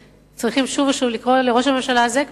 צריכים שוב ושוב לקרוא לראש הממשלה הזה,